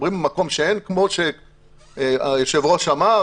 מדברים על מקום בו אין וכמו שהיושב ראש אמר,